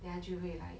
then 他就会 like